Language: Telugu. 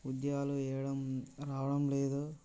ఉద్యోగాలు ఏవి రావడం లేదు